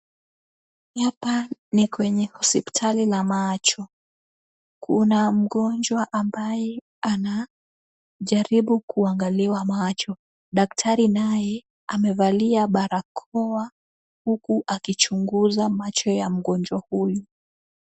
Hapa ni kwenye hospitali la macho. Kuna mgonjwa ambaye anajaribu kuangaliwa macho. Daktari naye amevalia barakoa, huku akichunguza macho ya mgonjwa huyu.